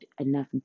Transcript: enough